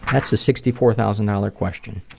that's the sixty four thousand dollars question.